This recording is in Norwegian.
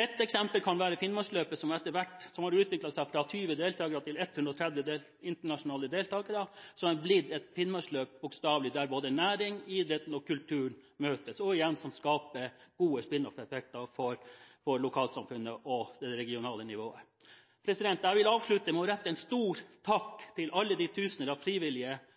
Ett eksempel kan være Finnmarksløpet, som har utviklet seg fra 20 deltakere til 130 internasjonale deltakere, og som bokstavelig talt har blitt et finnmarksarrangement der både næring, idrett og kultur møtes – som igjen skaper gode spin-off-effekter for lokalsamfunnet og det regionale nivået. Jeg vil avslutte med å rette en stor takk til alle de tusener av frivillige